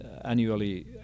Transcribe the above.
annually